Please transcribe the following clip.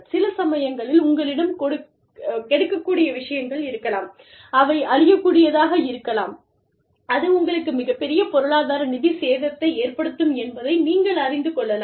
சில சமயங்களில் உங்களிடம் கெடுக்கக்கூடிய விஷயங்கள் இருக்கலாம் அவை அழியக் கூடியதாக இருக்கலாம் அது உங்களுக்கு மிகப்பெரிய பொருளாதார நிதி சேதத்தை ஏற்படுத்தும் என்பதை நீங்கள் அறிந்து கொள்ளலாம்